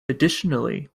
additionally